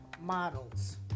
models